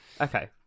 Okay